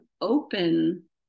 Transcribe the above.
open